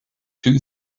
two